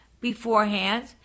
beforehand